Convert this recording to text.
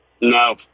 No